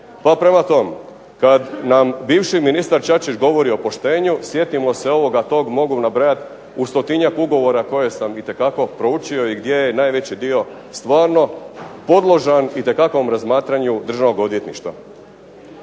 Pa prema tome, kad nam bivši ministar Čačić govori o poštenju, sjetimo se ovoga, tog mogu nabrajat u stotinjak ugovora koje sam itekako proučio i gdje je najveći dio stvarno podložan itekakvom razmatranju Državnog odvjetništva.